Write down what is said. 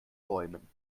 bäumen